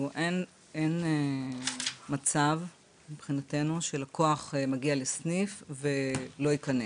אין מצב מבחינתנו שלקוח מגיע לסניף ולא ייכנס.